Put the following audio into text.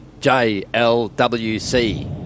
J-L-W-C